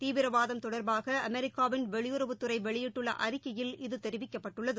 தீவிரவாதம் தொடர்பாக அமெரிக்காவின் வெளியுறவுத்துறை வெளியிட்டுள்ள அறிக்கையில் இது தெரிவிக்கப்பட்டுள்ளது